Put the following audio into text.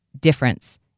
difference